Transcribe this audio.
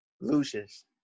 Lucius